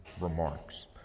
remarks